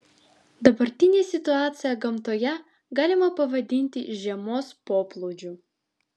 dabartinę situaciją gamtoje galima pavadinti žiemos poplūdžiu